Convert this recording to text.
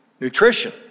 Nutrition